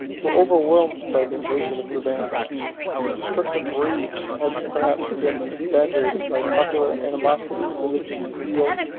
were overwhelmed by the invasion of the vandals whose destructive rage has perhaps been exaggerated by popular animosity, religious zeal,